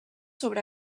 sobre